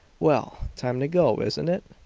well, time to go, isn't it?